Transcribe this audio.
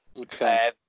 Okay